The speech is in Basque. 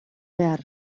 behar